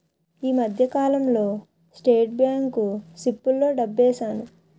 ఈ మధ్యకాలంలో state bank సిప్పుల్లో డబ్బేశాను